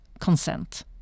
consent